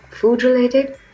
Food-related